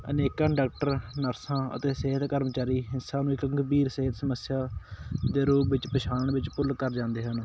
ਅਨੇਕਾਂ ਡਾਕਟਰ ਨਰਸਾਂ ਅਤੇ ਸਿਹਤ ਕਰਮਚਾਰੀ ਹਿੰਸਾ ਨੂੰ ਇੱਕ ਗੰਭੀਰ ਸਿਹਤ ਸਮੱਸਿਆ ਦੇ ਰੂਪ ਵਿੱਚ ਪਛਾਣ ਵਿੱਚ ਭੁੱਲ ਕਰ ਜਾਂਦੇ ਹਨ